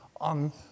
on